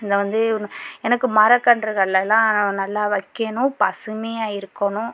இதை வந்து எனக்கு மர கன்றுகள்லலாம் நல்லா வைக்கணும் பசுமையாக இருக்கணும்